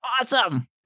awesome